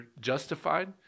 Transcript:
justified